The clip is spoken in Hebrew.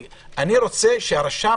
כבוד היושב-ראש,